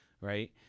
right